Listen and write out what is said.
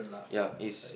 ya is